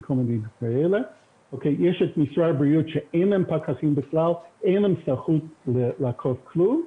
כולם ידעו שיש אפשרות לקבל קנס מיידי של למשל 10,000